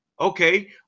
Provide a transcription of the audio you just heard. okay